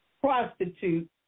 prostitute